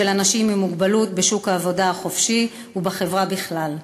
אנשים עם מוגבלות בשוק העבודה החופשי ובחברה בכלל.